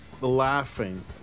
Laughing